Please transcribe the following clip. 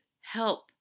help